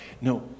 No